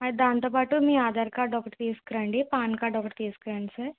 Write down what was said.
ఆ దాంతోపాటు మీ ఆధార్ కార్డ్ ఒకటి తీసుకురండి పాన్ కార్డు ఒకటి తీసుకురండి సార్